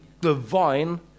divine